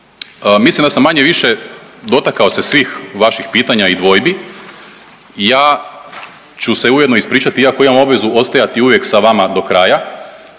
Mislim da sam manje-više dotakao se svih vaših pitanja i dvojbi. Ja ću se ujedno ispričati iako imam obvezu ostajati uvijek sa vama do kraja,